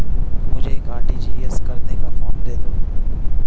मुझे एक आर.टी.जी.एस करने का फारम दे दो?